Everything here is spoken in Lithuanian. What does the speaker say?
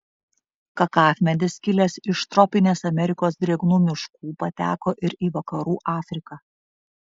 kakavmedis kilęs iš tropinės amerikos drėgnų miškų pateko ir į vakarų afriką